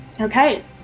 okay